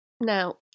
Now